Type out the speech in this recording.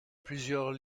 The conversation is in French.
plusieurs